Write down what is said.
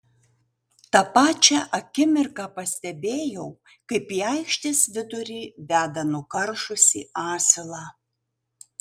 tą pačią akimirką pastebėjau kaip į aikštės vidurį veda nukaršusį asilą